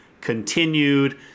continued